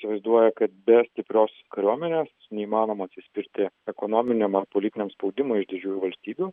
įsivaizduoja kad be stiprios kariuomenės neįmanoma atsispirti ekonominiam ar politiniam spaudimui iš didžiųjų valstybių